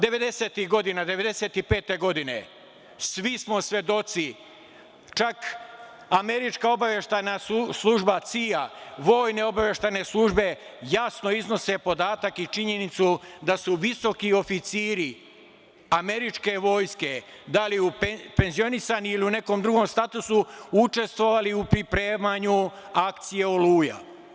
Devedesetih godina, 1995. godine, svi smo svedoci, čak američka obaveštajna služba CIA, vojne obaveštajne službe javno iznose podatak i činjenicu da su visoki oficiri američke vojske, da li penzionisani ili u nekom drugom statusu, učestvovali u pripremanju akcije „Oluja“